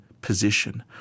position